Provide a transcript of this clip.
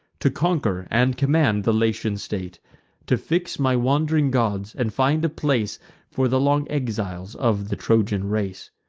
to conquer and command the latian state to fix my wand'ring gods, and find a place for the long exiles of the trojan race.